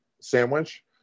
sandwich